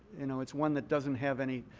you know. it's one that doesn't have any